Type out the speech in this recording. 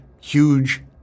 huge